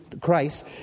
Christ